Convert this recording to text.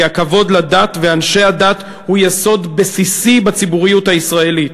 הכבוד לדת ולאנשי הדת הוא יסוד בסיסי בציבוריות הישראלית.